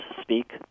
speak